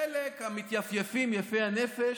חלק, המתייפייפים, יפי הנפש: